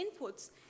inputs